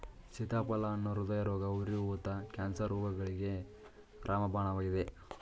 ಸೀತಾಫಲ ಹಣ್ಣು ಹೃದಯರೋಗ, ಉರಿ ಊತ, ಕ್ಯಾನ್ಸರ್ ರೋಗಗಳಿಗೆ ರಾಮಬಾಣವಾಗಿದೆ